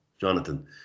Jonathan